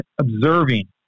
observing